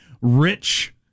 rich